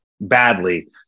badly